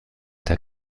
der